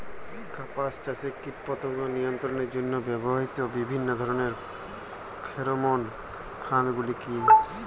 কাপাস চাষে কীটপতঙ্গ নিয়ন্ত্রণের জন্য ব্যবহৃত বিভিন্ন ধরণের ফেরোমোন ফাঁদ গুলি কী?